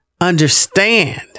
understand